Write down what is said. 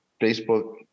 Facebook